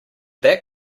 that